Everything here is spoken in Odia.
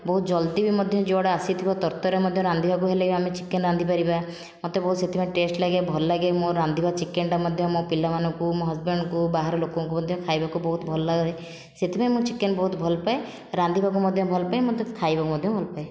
ବହୁତ ଜଲ୍ଦି ବି ମଧ୍ୟ ଯୁଆଡ଼ୁ ଆସିଥିବ ତରତରରେ ମଧ୍ୟ ରାନ୍ଧିବାକୁ ହେଲେ ଆମେ ଚିକେନ ରାନ୍ଧି ପାରିବା ମୋତେ ବହୁତ ସେଥିପାଇଁ ଟେଷ୍ଟ ଲାଗେ ଭଲ ଲାଗେ ମୁଁ ରାନ୍ଧିବା ଚିକେନଟା ମଧ୍ୟ ମୋ ପିଲାମାନଙ୍କୁ ମୋ ହଜବେଣ୍ଡଙ୍କୁ ବାହାର ଲୋକଙ୍କୁ ମଧ୍ୟ ଖାଇବାକୁ ବହୁତ ଭଲ ଲାଗେ ସେଥିପାଇଁ ମୁଁ ଚିକେନ ବହୁତ ଭଲ ପାଏ ରାନ୍ଧିବାକୁ ମଧ୍ୟ ଭଲ ପାଏ ମୋତେ ଖାଇବାକୁ ମଧ୍ୟ ଭଲ ପାଏ